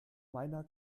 meiner